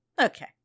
okay